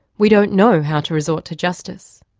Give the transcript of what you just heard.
we don't know how to resort to justice.